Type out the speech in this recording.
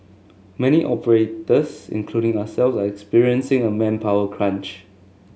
many operators including ourselves are experiencing a manpower crunch